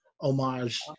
homage